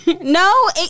No